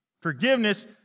forgiveness